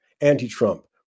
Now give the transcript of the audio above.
Anti-Trump